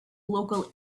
local